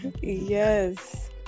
Yes